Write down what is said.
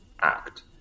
act